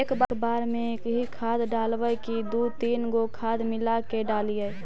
एक बार मे एकही खाद डालबय की दू तीन गो खाद मिला के डालीय?